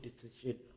decision